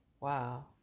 Wow